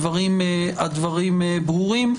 הדברים ברורים.